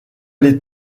les